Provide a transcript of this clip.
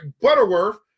Butterworth